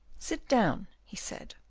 sit down, he said.